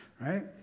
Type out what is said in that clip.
right